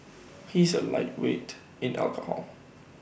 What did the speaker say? he is A lightweight in alcohol